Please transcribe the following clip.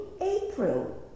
April